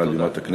מעל בימת הכנסת.